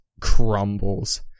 crumbles